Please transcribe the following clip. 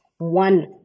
One